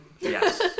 yes